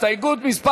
הסתייגות מס'